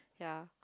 ya